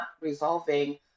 resolving